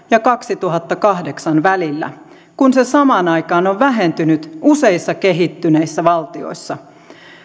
ja kaksituhattakahdeksan välillä kun se samaan aikaan on vähentynyt useissa kehittyneissä valtioissa